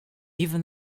even